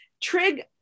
trig